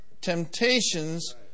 temptations